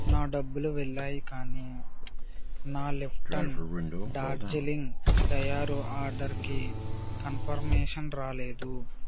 నా డబ్బులు వెళ్ళాయి కానీ నా లిప్టన్ డార్జీలింగ్ తయారు ఆర్డర్కి కన్ఫర్మేషన్ రాలేదు